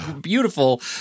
beautiful